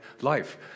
life